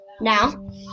Now